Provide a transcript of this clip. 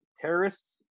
terrorists